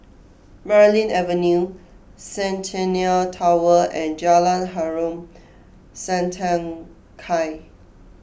Marlene Avenue Centennial Tower and Jalan Harom Setangkai